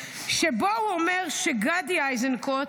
שבו הוא אומר שגדי איזנקוט